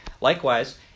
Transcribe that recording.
Likewise